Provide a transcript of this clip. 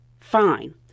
fine